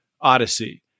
Odyssey